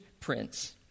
prince